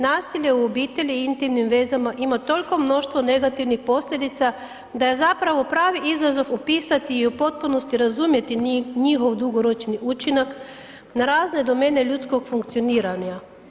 Nasilje u obitelji i intimnim vezama ima toliko mnoštvo negativnih posljedica da je zapravo pravi izazov opisati i u potpunosti razumjeti njihov dugoročni učinak na razne domene ljudskog funkcioniranja.